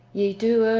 ye do err,